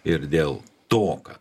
ir dėl to kad